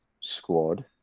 squad